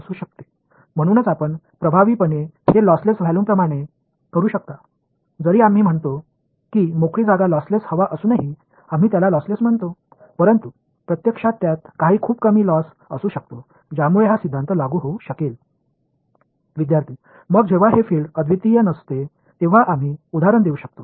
எனவே நீங்கள் அதை இழப்பற்ற அளவைப் போல திறம்பட நடத்த முடியும் இலவச இடம் இழப்பற்றது என்று நாங்கள் கூறினாலும் காற்று கூட அதன் இழப்பற்றது என்று நாங்கள் கூறுகிறோம் ஆனால் உண்மையில் அதில் சில சிறிய அளவிலான இழப்புகள் இருக்கலாம் இது இந்த தேற்றத்தை பொருந்தக்கூடிய கேள்வியாக இருக்க அனுமதிக்கிறது